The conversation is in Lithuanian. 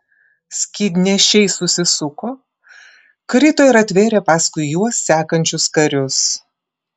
skydnešiai susisuko krito ir atvėrė paskui juos sekančius karius